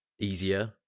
easier